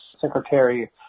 Secretary